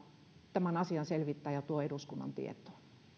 tämän asian selvittää ja tuo eduskunnan tietoon